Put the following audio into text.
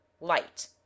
light